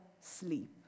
sleep